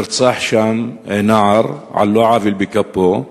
נרצח שם נער על לא עוול בכפו,